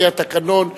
לפי התקנון,